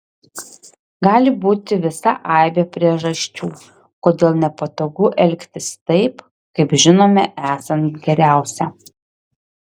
gali būti visa aibė priežasčių kodėl nepatogu elgtis taip kaip žinome esant geriausia